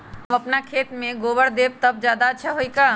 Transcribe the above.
हम अपना खेत में गोबर देब त ज्यादा अच्छा होई का?